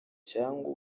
cyangwa